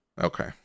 Okay